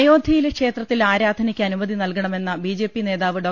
അയോധൃയിലെ ക്ഷേത്രത്തിൽ ആരാധനക്ക് അനുമതി നൽക ണമെന്ന ബി ജെ പി നേതാവ് ഡോ